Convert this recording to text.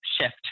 shift